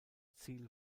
ziel